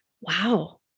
wow